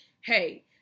hey